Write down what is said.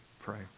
pray